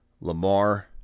Lamar